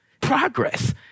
progress